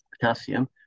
potassium